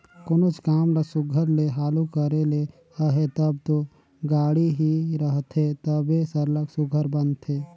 कोनोच काम ल सुग्घर ले हालु करे ले अहे तब दो गाड़ी ही रहथे तबे सरलग सुघर बनथे